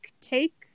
take